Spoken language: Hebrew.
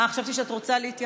אה, חשבתי שאת רוצה להתייחס.